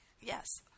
Yes